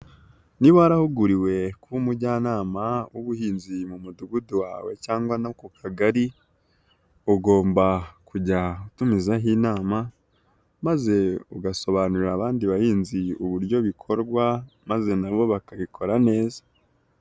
Niba warahuguriwe kuba umujyanama w'ubuhinzi mu mudugudu wawe cyangwa no ku kagari, ugomba kujya utumizaho inama, maze ugasobanurira abandi bahinzi uburyo bikorwa, maze nabo bakabikora neza.